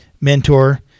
mentor